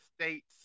states